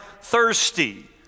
thirsty